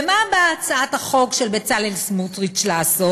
ומה באה הצעת החוק של בצלאל סמוטריץ לעשות?